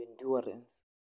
endurance